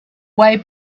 way